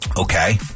Okay